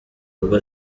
ubwo